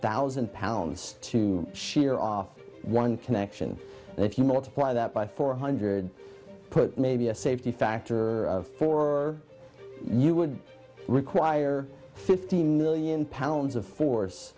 thousand pounds to shear off one connection and if you multiply that by four hundred foot maybe a safety factor of four you would require fifteen million pounds of force